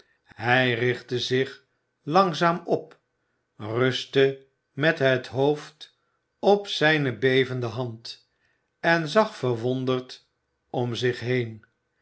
hij richtte zich langzaam op rustte met het hoofd op zijne bevende hand en zag verwonderd om zich heen